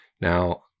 Now